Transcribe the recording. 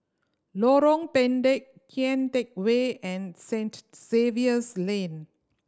Lorong Pendek Kian Teck Way and Saint Xavier's Lane